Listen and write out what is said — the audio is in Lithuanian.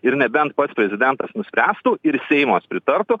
ir nebent pats prezidentas nuspręstų ir seimas pritartų